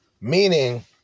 meaning